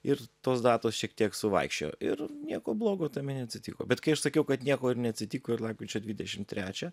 ir tos datos šiek tiek suvaikščiojo ir nieko blogo tame neatsitiko bet kai aš sakiau kad nieko ir neatsitiko ir lapkričio dvidešim trečią